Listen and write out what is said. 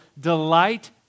delight